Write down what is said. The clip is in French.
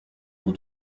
pour